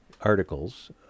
Articles